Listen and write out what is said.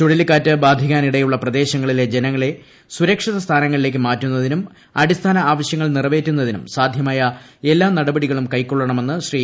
ചുഴലിക്കാറ്റ് ബാധിക്കാനിടയുള്ള ് പ്രദേശങ്ങളിലെ ജനങ്ങളെ സുരക്ഷിതസ്ഥാനങ്ങളില്ലേക്ക് മാറ്റുന്നതിനും അടിസ്ഥാന ആവശ്യങ്ങൾ നിറവേറ്റുന്നതിനും സാധ്യമായ എല്ലാ നടപടികളും കൈക്കൊളളണമെന്ന് ശ്രീ